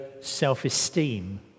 self-esteem